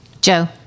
Joe